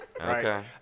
Okay